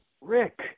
Rick